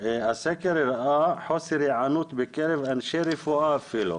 הסקר הראה חוסר היענות בקרב אנשי רפואה אפילו,